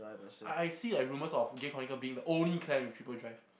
I I see like rumors of Gear Chronicle being the only clan with triple drive